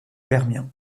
permien